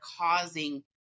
causing